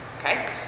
Okay